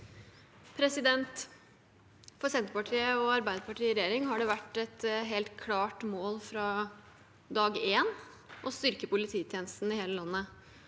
For Senterpartiet og Arbeiderpartiet i regjering har det vært et helt klart mål fra dag én å styrke polititjenesten i hele landet.